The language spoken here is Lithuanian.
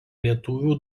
lietuvių